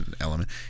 element